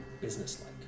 businesslike